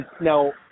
Now